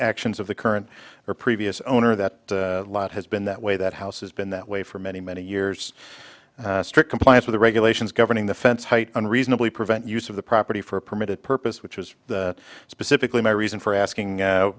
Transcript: actions of the current or previous owner of that lot has been that way that house has been that way for many many years strict compliance with the regulations governing the fence height unreasonably prevent use of the property for a permitted purpose which was the specifically my reason for asking